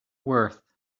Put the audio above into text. worth